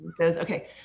Okay